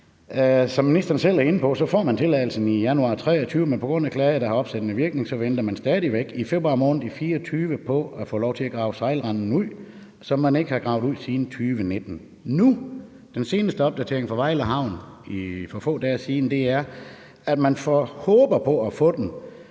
Som ministeren selv er inde på, får man tilladelsen i januar 2023, men på grund af en klage, der har opsættende virkning, venter man stadig væk i februar måned i 2024 på at få lov til at grave sejlrenden ud, som man ikke har gravet ud siden 2019. Den seneste opdatering fra Vejle Havn for få dage siden er, at man nu håber på at få den